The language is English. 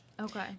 Okay